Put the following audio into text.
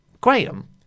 Graham